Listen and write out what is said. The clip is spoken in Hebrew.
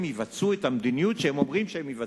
יבצעו את המדיניות שהם אומרים שהם יבצעו.